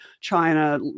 China